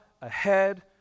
ahead